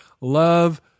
love